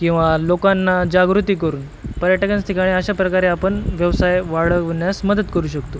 किंवा लोकांना जागृती करून पर्यटकांच्या ठिकाणी अशा प्रकारे आपण व्यवसाय वाढवण्यास मदत करू शकतो